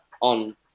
on